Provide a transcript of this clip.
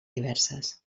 diverses